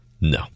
no